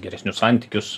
geresnius santykius